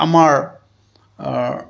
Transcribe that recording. আমাৰ